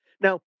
now